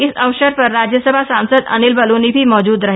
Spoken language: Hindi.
इस अवसर पर राज्यसभा सांसद अनिल बलूनी भी मौजूद रहे